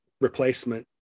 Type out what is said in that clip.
replacement